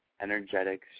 energetic